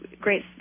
great